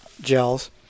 Gels